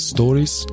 Stories